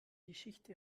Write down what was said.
geschichte